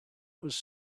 was